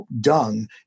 dung